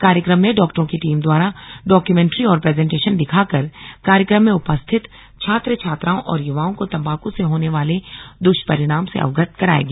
कार्यक्रम में डॉक्टरों की टीम द्वारा डॉक्यूमेंट्री और प्रेजेंटेशन दिखाकर कार्यक्रम में उपस्थित छात्र छात्राओं और युवाओं को तंबाकू से होने वाले द्वष्परिणाम से अवगत कराया गया